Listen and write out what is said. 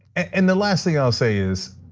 and the last thing i'll say is,